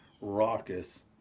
raucous